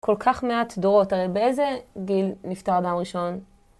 כל כך מעט דורות הרי באיזה גיל נפטר אדם ראשון